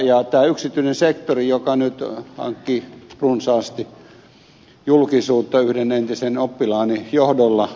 tämä yksityinen sektori joka nyt hankki runsaasti julkisuutta yhden entisen oppilaani johdolla